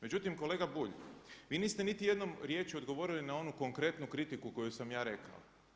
Međutim kolega Bulj, vi niste niti jednom riječju odgovorili na onu konkretnu kritiku koju sam ja rekao.